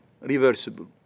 reversible